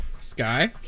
sky